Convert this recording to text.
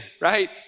right